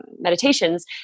meditations